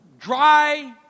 dry